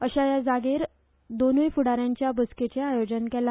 अशे ह्या जाग्यार दोनुय फुडाऱ्यांच्या बसकेचे आयोजन केला